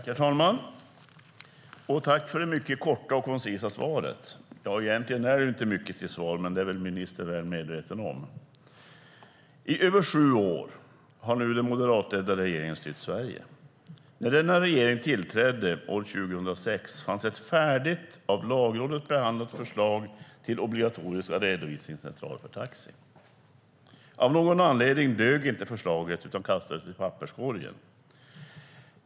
Herr talman! Tack för det mycket korta och koncisa svaret! Egentligen är det ju inte mycket till svar, men det är väl ministern medveten om. I över sju år har nu den moderatledda regeringen styrt Sverige. När denna regering tillträdde 2006 fanns ett färdigt av Lagrådet behandlat förslag till obligatoriska redovisningscentraler för taxi. Av någon anledning dög inte förslaget utan kastades i papperskorgen.